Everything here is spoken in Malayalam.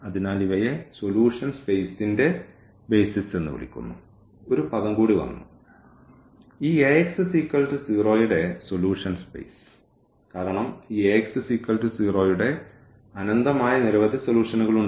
അതിനാൽ ഇവയെ സൊല്യൂഷൻ സ്പേസിന്റെ ബേസിസ് എന്ന് വിളിക്കുന്നു ഒരു പദം കൂടി വന്നു ഈ Ax0 യുടെ സൊല്യൂഷൻ സ്പേസ് കാരണം ഈ Ax0 യുടെ അനന്തമായ നിരവധി സൊല്യൂഷനുകളുണ്ട്